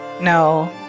No